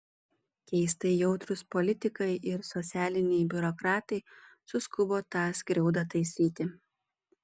keistai jautrūs politikai ir socialiniai biurokratai suskubo tą skriaudą taisyti